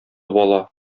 бала